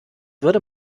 würde